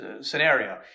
scenario